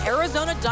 Arizona